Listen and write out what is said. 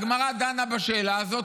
הגמרא דנה בשאלה הזאת,